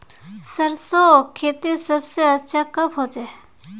सरसों खेती सबसे अच्छा कब होचे?